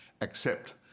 accept